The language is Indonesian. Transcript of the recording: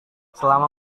selama